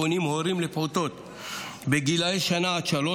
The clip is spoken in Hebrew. פונים הורים לפעוטות בגילי שנה עד שלוש